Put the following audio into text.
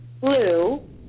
blue